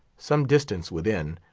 some distance within,